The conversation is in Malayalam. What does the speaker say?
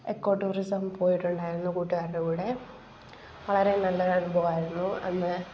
എക്കോ ടൂറിസം പോയിട്ടുണ്ടായിരുന്നു കൂട്ടുകാരുടെ കൂടെ വളരെ നല്ലൊരനുഭവമായിരുന്നു അന്ന്